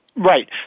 Right